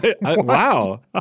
Wow